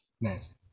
Nice